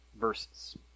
verses